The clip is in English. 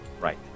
Right